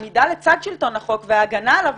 עמידה לצד שלטון החוק והגנה עליו,